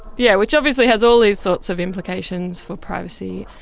yeah which obviously has all these sorts of implications for privacy,